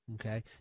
Okay